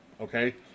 okay